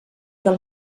del